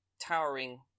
towering